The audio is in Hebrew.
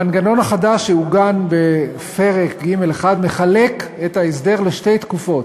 המנגנון החדש שעוגן בפרק ג'1 מחלק את ההסדר לשתי תקופות: